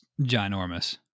ginormous